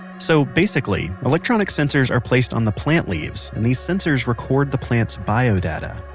so basically, electronic sensors are placed on the plant leaves and these sensors record the plant's biodata.